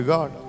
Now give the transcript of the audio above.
God